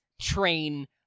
train